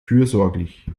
fürsorglich